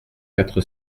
quatre